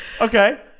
Okay